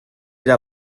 era